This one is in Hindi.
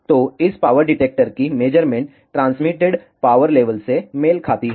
तो इस पावर डिटेक्टर की मेज़रमेंट ट्रांसमिटेड पावर लेवल से मेल खाती है